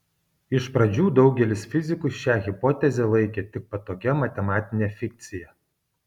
iš pradžių daugelis fizikų šią hipotezę laikė tik patogia matematine fikcija